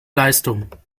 leistung